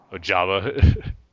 Java